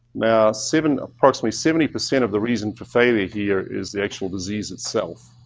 now seven, approximately seventy percent of the reason for failure here is the actual disease itself.